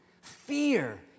fear